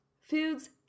foods